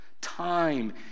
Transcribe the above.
time